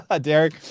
Derek